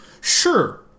sure